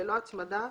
ללא הצמדה,